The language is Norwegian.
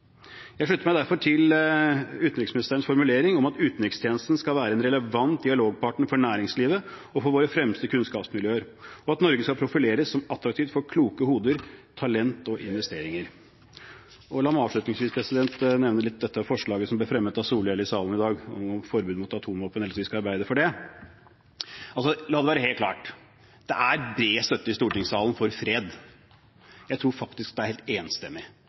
Jeg slutter meg derfor til utenriksministerens formulering om at «Utenrikstjenesten skal være en relevant dialogpartner for næringslivet og for våre fremste kunnskapsmiljøer. Norge skal profileres som attraktivt for kloke hoder, talenter og investeringer.» La meg avslutningsvis nevne dette representantforslaget som ble fremmet av Solhjell i salen i dag, om at vi skal arbeide for forbud mot atomvåpen. La det være helt klart: Det er bred støtte i stortingssalen for fred. Jeg tror faktisk det er helt enstemmig.